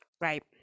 Right